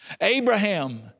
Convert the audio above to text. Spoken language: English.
Abraham